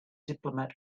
diplomat